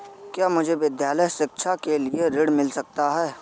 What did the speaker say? क्या मुझे विद्यालय शिक्षा के लिए ऋण मिल सकता है?